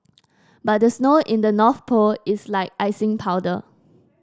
but the snow in the North Pole is like icing powder